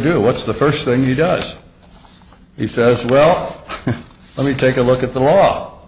do what's the first thing he does he says well let me take a look at the law